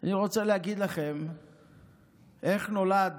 אני רוצה להגיד לכם איך נולד